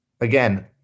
again